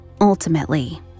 Ultimately